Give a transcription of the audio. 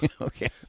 Okay